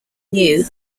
new